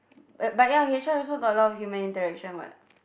uh but ya H_R also got a lot of human interaction what